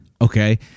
Okay